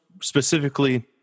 specifically